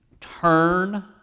turn